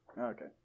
Okay